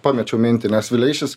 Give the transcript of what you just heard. pamečiau mintį nes vileišis